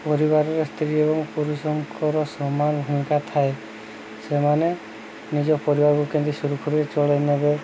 ପରିବାରର ସ୍ତ୍ରୀ ଏବଂ ପୁରୁଷଙ୍କର ସମାନ ଭୂମିକା ଥାଏ ସେମାନେ ନିଜ ପରିବାରକୁ କେମିତି ସୁରୁଖୁରୁରେ ଚଳେଇନେବେ